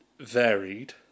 varied